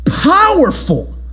powerful